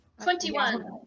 Twenty-one